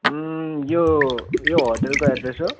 उम् यो यो होटलको एड्रेस हो